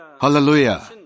Hallelujah